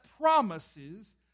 promises